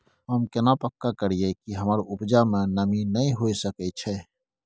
हम केना पक्का करियै कि हमर उपजा में नमी नय होय सके छै?